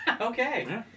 okay